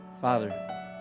Father